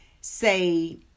say